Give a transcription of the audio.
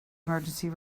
emergency